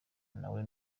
nawe